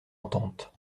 entente